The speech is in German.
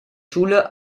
schule